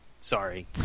sorry